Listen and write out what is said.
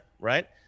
right